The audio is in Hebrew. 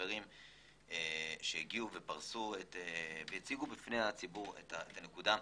לחברים שהציגו בפני הציבור את הנקודה.